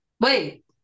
Wait